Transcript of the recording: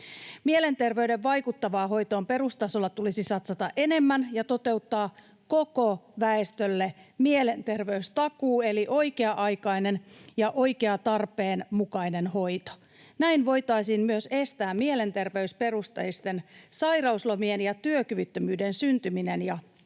Mielenterveyden vaikuttavaan hoitoon perustasolla tulisi satsata enemmän ja toteuttaa koko väestölle mielenterveystakuu eli oikea-aikainen ja oikea, tarpeen mukainen hoito. Näin voitaisiin myös estää mielenterveysperusteisten sairauslomien ja työkyvyttömyyden syntyminen ja piteneminen.